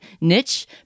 niche